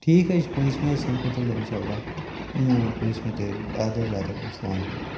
ٹھیٖک حظ چھِ پٲنٛژمہِ حظ سَمکھو تیٚلہِ اِنشاء اللہ پٲنٛژمہِ تٲریٖخ اَدٕ حظ اَدٕ حظ اسلامُ علیکُم